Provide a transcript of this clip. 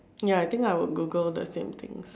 ya I think I would Google the same things